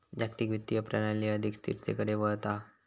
जागतिक वित्तीय प्रणाली अधिक स्थिरतेकडे वळता हा